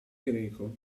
greco